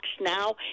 now